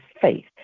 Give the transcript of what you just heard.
faith